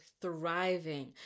thriving